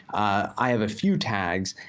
i have a few tags.